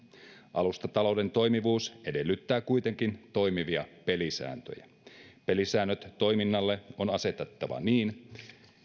alustatalouden toimivuus edellyttää kuitenkin toimivia pelisääntöjä pelisäännöt toiminnalle on asetettava niin